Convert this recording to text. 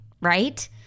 right